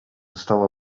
stała